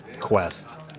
quest